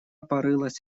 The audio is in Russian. порылась